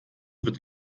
wird